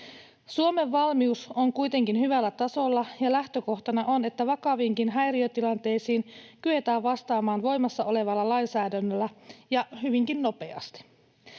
Suomen valmius on kuitenkin hyvällä tasolla, ja lähtökohtana on, että vakaviinkin häiriötilanteisiin kyetään vastaamaan voimassa olevalla lainsäädännöllä ja hyvinkin nopeasti.